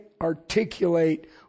articulate